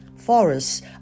Forests